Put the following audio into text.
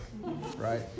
right